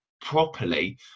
properly